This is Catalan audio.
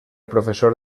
professor